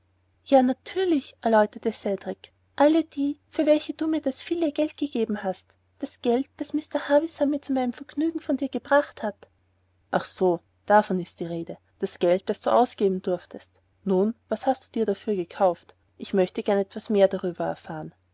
ja natürlich erläuterte cedrik alle die für welche du mir das viele geld gegeben hast das geld das mr havisham mir zu meinem vergnügen von dir gebracht hat ach so davon ist die rede das geld das du ausgeben durftest nun was hast du dir dafür gekauft ich möchte gern etwas darüber erfahren